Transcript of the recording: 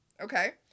Okay